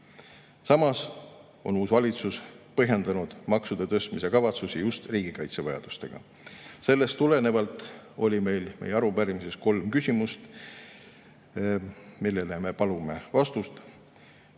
Samas on uus valitsus põhjendanud maksude tõstmise kavatsusi just riigikaitse vajadustega. Sellest tulenevalt on meie arupärimises kolm küsimust, millele me palume vastust.